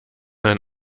ein